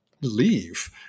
leave